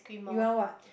you want what